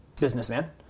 businessman